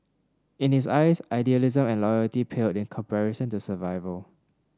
in his eyes idealism and loyalty paled in comparison to survival